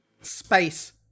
Space